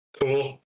cool